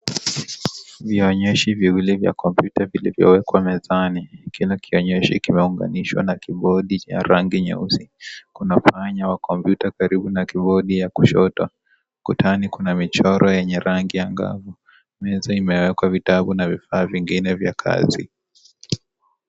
Vionyeshi viwili vya kompyuta vilivyowekwa mezani ikiwa na kionyesho, imeunganishwa na kibodi ya rangi nyeusi. Kuna upanya wa kompyuta karibu na kibodi ya kushoto. Ukutani kuna michoro yenye rangi angavu. Meza imewekwa vitabu na vifaa vingine vya kazi.